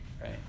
right